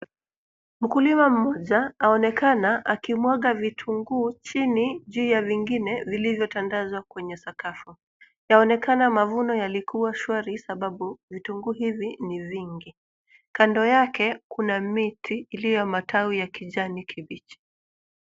Mkulima mmoja aonekana akimwaga vitunguu chini juu ya vingine vilivyotandazwa kwenye sakafu. Yaonekana mavuno yalikuwa shwari sababu vitunguu hivi ni vingi. Kando yake kuna miti iliyo matawi ya kijani kibichi.